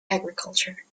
agriculture